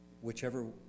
whichever